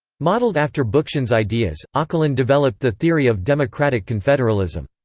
modelled after bookchin's ideas, ocalan developed the theory of democratic confederalism.